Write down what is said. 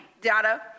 data